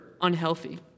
unhealthy